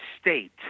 state